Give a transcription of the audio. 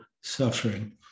suffering